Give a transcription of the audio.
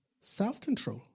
Self-control